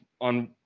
on